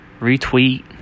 Retweet